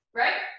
right